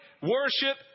worship